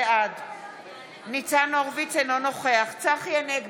בעד ניצן הורוביץ, אינו נוכח צחי הנגבי,